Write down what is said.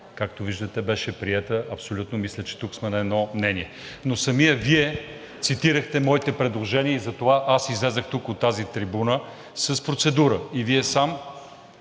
както виждате, беше приета абсолютно и мисля, че тук сме на едно мнение, но Вие самият цитирахте моите предложения и затова аз излязох тук от тази трибуна с процедура – сам